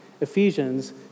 Ephesians